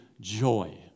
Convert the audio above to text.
joy